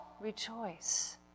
rejoice